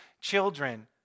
children